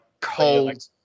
cold